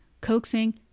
coaxing